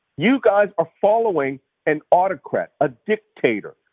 you guys are following an autocrat a dictator.